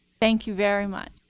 thank you very much.